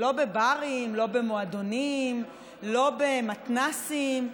לא בברים, לא במועדונים, לא במתנ"סים.